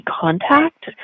contact